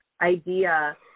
idea